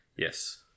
Yes